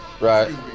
Right